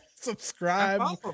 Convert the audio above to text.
subscribe